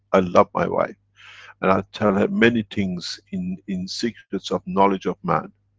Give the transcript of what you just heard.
i love my wife and i tell her many things in. in secrets of knowledge of man.